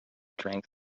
drank